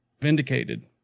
vindicated